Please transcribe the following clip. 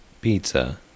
pizza